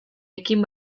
ekin